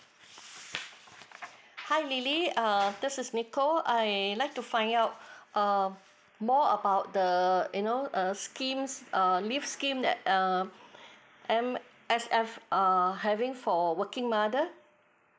hi Lily uh this is nikko I like to find out um more about the you know err schemes err leave scheme that uh M_S_F err having for working mothers